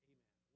Amen